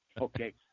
Okay